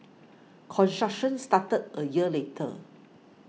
construction started a year later